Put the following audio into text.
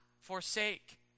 forsake